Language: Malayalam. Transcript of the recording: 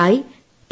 I P